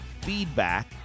feedback